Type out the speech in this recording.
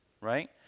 right